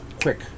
quick